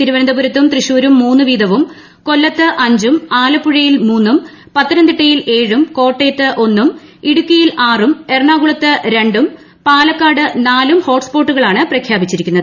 തിരുവനന്തപുരത്തും തൃശൂരും മൂന്ന് വീതവും പൂക്കാല്പത്ത് അഞ്ചും ആലപ്പുഴയിൽ മൂന്നും പത്തനംതിട്ടയിൽ ഏഴും ക്കോട്ടയത്ത് ഒന്നും ഇടുക്കിയിൽ ആറും എറണാകുളത്ത് രണ്ടും പാ്ലക്കാട് നാലും ഹോട്ട്സ്പോട്ടുകളാണ് പ്രഖ്യാപിച്ചിരിക്കുന്നത്